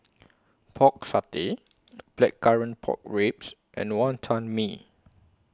Pork Satay Blackcurrant Pork Ribs and Wonton Mee